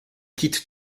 quitte